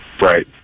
Right